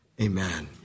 amen